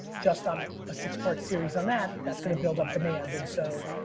just on a six part series on that, that's gonna build up demand. and so